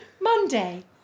Monday